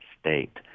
state